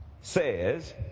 says